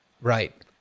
Right